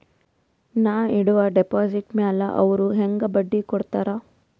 ನಾ ಇಡುವ ಡೆಪಾಜಿಟ್ ಮ್ಯಾಲ ಅವ್ರು ಹೆಂಗ ಬಡ್ಡಿ ಕೊಡುತ್ತಾರ?